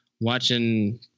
Watching